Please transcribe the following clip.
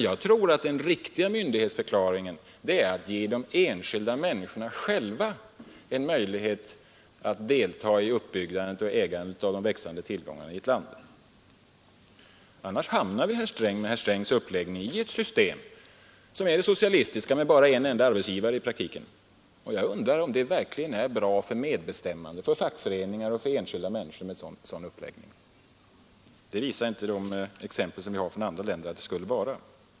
Jag tror att den riktiga myndighetsförklaringen är att ge de enskilda människorna själva en möjlighet att delta i uppbyggandet och ägandet av de växande tillgångarna i ett land. Annars hamnar vi med herr Strängs uppläggning i ett system som är det socialistiska, med en enda arbetsgivare i praktiken. Jag undrar om det verkligen är bra för medbestämmandet, för fackföreningar och för enskilda människor med en sådan uppläggning. Det visar inte de exempel vi har sett från andra länder att det skulle vara.